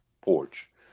porch